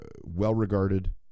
well-regarded